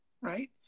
Right